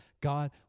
God